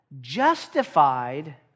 justified